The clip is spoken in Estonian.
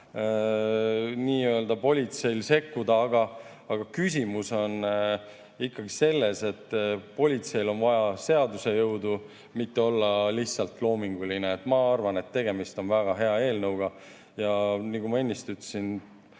praegu politseil sekkuda, aga küsimus on ikkagi selles, et politseil on vaja seaduse jõudu, et mitte olla lihtsalt loominguline. Ma arvan, et tegemist on väga hea eelnõuga. Nagu ma ennist ütlesin,